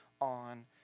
on